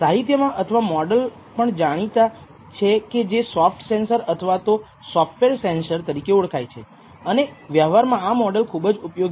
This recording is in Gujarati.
સાહિત્યમાં આવા મોડલ પણ જાણીતા છે કે જે સોફ્ટ સેન્સર અથવા તો સોફ્ટવેર સેન્સર તરીકે ઓળખાય છે અને વ્યવહારમાં આ મોડલ ખૂબ જ ઉપયોગી છે